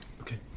Okay